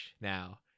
now